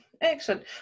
Excellent